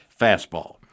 fastball